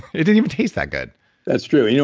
it didn't even taste that good that's true. you know